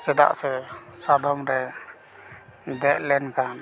ᱪᱮᱫᱟᱜ ᱥᱮ ᱟᱫᱚᱢ ᱨᱮ ᱫᱮᱡ ᱞᱮᱱᱠᱷᱟᱱ